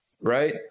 right